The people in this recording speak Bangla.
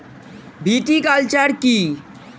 ভিটিকালচার কী?